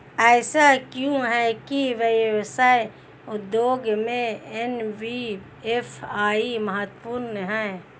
ऐसा क्यों है कि व्यवसाय उद्योग में एन.बी.एफ.आई महत्वपूर्ण है?